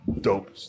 dope